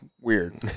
weird